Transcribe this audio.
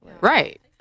right